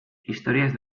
historias